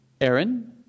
Aaron